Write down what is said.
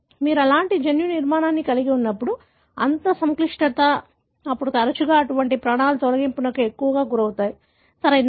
మీరు అలాంటి జన్యు నిర్మాణాన్ని కలిగి ఉన్నప్పుడు అంత సంక్లిష్టత అప్పుడు తరచుగా అటువంటి ప్రాంతాలు తొలగింపుకు ఎక్కువగా గురవుతాయి సరియైనదా